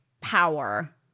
power